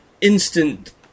instant